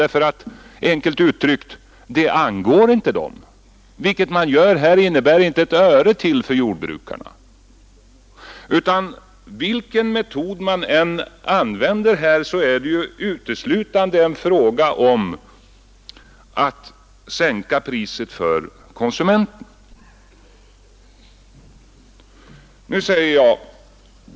Det angår dem helt enkelt inte hur saken löses. Vilken väg man här än väljer, så innebär det inte ett enda öre mer till jordbrukarna. Vilken metod man än använder här, så är det uteslutande en fråga om att sänka priset för konsumenterna, att kompensera dem för mervärdeskatten.